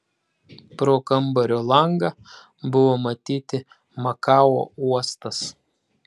pro kambario langą buvo matyti makao uostas